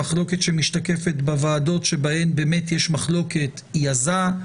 המחלוקת שמשתקפת בוועדות שבהן באמת יש מחלוקת היא עזה.